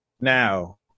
Now